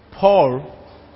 Paul